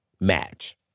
match